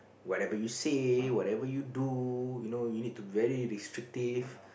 whatever you say whatever you do you know you need to very restrictive